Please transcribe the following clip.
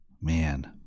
Man